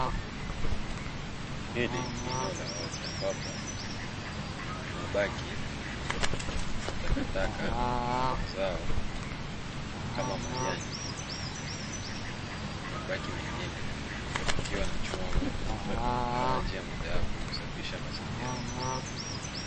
Hili ni eneo la wazi ambapo mabaki ya takataka na mazao kama majani na mabaki mengine yakiwa yanachomwa moto kama njia mojawapo yakusafisha mazingira.